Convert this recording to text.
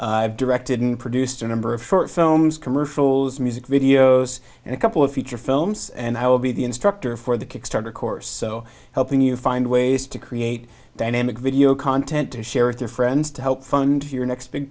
i've directed and produced a number of short films commercials music videos and a couple of feature films and i will be the instructor for the kickstarter course so helping you find ways to create dynamic video content to share with your friends to help fund your next big